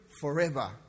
forever